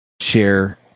share